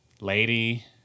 Lady